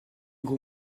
gros